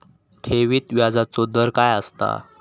ठेवीत व्याजचो दर काय असता?